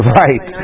right